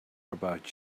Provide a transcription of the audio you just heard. about